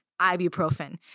ibuprofen